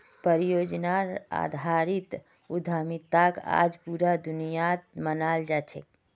परियोजनार आधारित उद्यमिताक आज पूरा दुनियात मानाल जा छेक